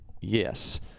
yes